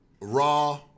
raw